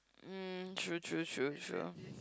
um true true true true